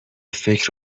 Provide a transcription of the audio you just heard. فکر